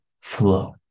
flow